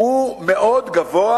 הוא מאוד גבוה